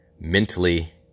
mentally